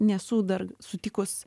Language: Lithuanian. nesu dar sutikus